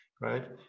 right